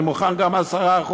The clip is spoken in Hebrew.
אני מוכן גם 10%,